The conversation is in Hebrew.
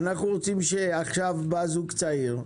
בא זוג צעיר,